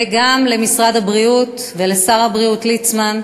וגם למשרד הבריאות ולשר הבריאות ליצמן,